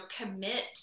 commit